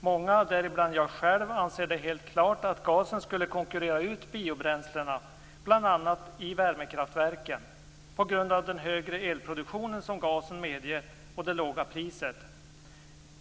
Många, däribland jag själv, anser det helt klart att gasen skulle konkurrera ut biobränslena, bl.a. i värmekraftverken, på grund av den högre elproduktion som gasen medger och det låga priset.